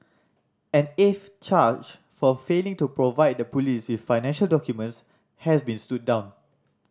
an eighth charge for failing to provide the police with financial documents has been stood down